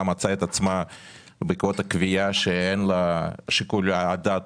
מצאה את עצמה בעקבות הקביעה שאין לה שיקול דעת,